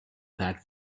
packed